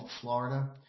Florida